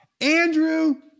Andrew